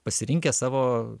pasirinkę savo